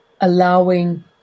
allowing